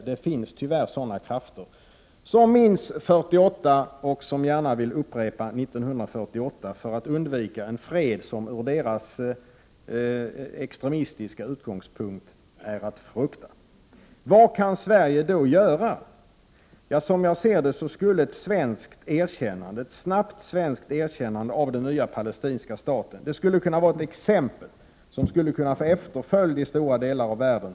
Tyvärr finns det sådana krafter som minns 1948, och som gärna vill att det som då hände upprepas för att man skall undvika en fred som från deras extremistiska utgångspunkt är att frukta. Vad kan då Sverige göra? Som jag ser det skulle ett snabbt svenskt erkännande av den nya palestinska staten vara ett exempel som skulle få efterföljd i stora delar av världen.